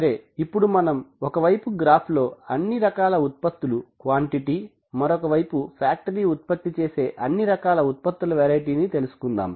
సరే ఇప్పుడు మనం ఒకవైపు గ్రాఫు లో అన్నీ రకాల ఉత్పత్తుల క్వాంటిటీ మరొకవైపు ఫ్యాక్టరీ ఉత్పత్తి చేసే అన్నీ రకాల ఉత్పత్తుల వెరైటీని తీసుకుందాం